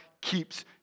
keeps